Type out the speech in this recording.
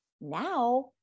now